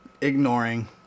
Ignoring